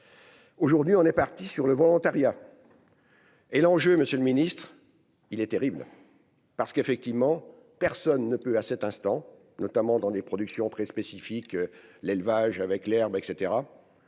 Aujourd'hui, on est parti sur le volontariat et l'enjeu, monsieur le Ministre, il est terrible parce qu'effectivement, personne ne peut, à cet instant, notamment dans des productions très spécifique : l'élevage avec l'herbe et